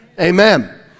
Amen